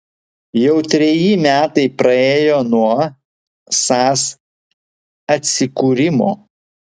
jau treji metai praėjo nuo sas atsikūrimo